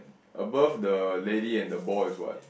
above the lady and the ball is what